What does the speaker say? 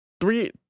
three